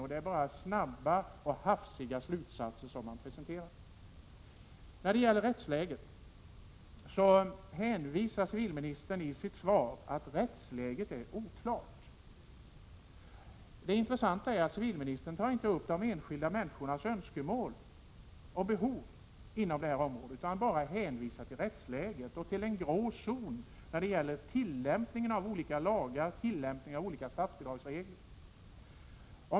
Där presenterar man bara snabba och hafsiga slutsatser. Civilministern hänvisar i sitt svar till att rättsläget är oklart. Det intressanta är att civilministern inte tar upp de enskilda människornas önskemål och behov på det här området. Han hänvisar bara till rättsläget och till en grå zon när det gäller tillämpningen av olika lagar och statsbidragsregler.